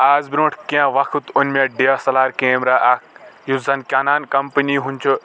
اَز برونٛٹھ کیٚنٛہہ وقت اوٚن مےٚ D S L R camera اکھ یُس زن کینان کمپنی ہُنٛد چھُ